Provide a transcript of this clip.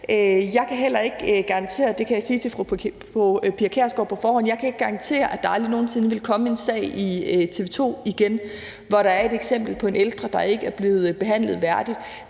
på forhånd, at der aldrig nogen sinde vil komme en sag på TV 2 igen, hvor der er et eksempel på en ældre, der ikke er blevet behandlet værdigt.